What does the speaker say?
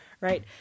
right